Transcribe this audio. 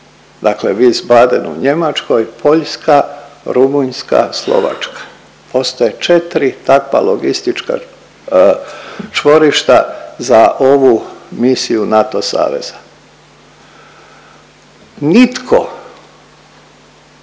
dakle Wiesbaden u Njemačkoj, Poljska, Rumunjska, Slovačka postoje četri takva logistička čvorišta za ovu misiju NATO saveza. Nitko